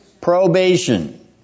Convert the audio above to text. Probation